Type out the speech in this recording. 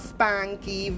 Spanky